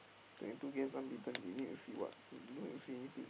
twenty two games unbeaten you need to see what no infinity